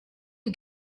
you